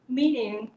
meaning